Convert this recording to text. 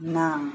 ना